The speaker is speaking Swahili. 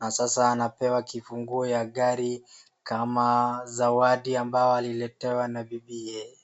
na sasa anapewa kifungu ya gari kama zawadi ambao aliletewa na bibiye .